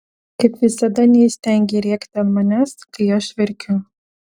kaip visada neįstengei rėkti ant manęs kai aš verkiu